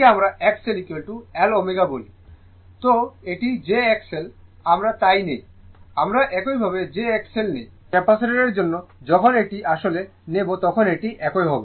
সুতরাং এটি jXL আমরা তাই নিই আমরা একইভাবে jXL নিই ক্যাপাসিটরের জন্য যখন এটি আসলে নেবে তখন এটি একই হবে